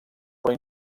però